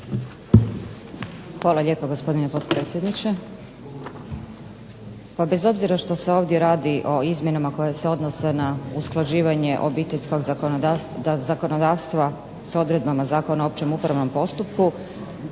Hvala lijepa, gospodine potpredsjedniče. Pa bez obzira što se ovdje radi o izmjenama koje se odnose na usklađivanje obiteljskog zakonodavstva s odredbama Zakona o općem upravnom postupku